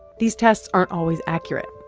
these tests aren't always accurate.